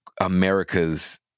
America's